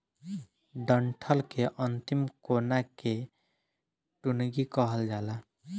डंठल के अंतिम कोना के टुनगी कहल जाला